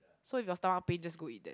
so if your stomach pain just go eat that